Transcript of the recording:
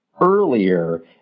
earlier